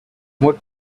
what